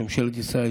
של ממשלת ישראל,